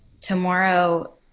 tomorrow